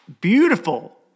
beautiful